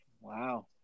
Wow